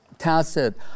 tacit